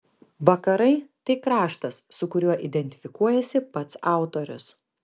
vakarai tai kraštas su kuriuo identifikuojasi pats autorius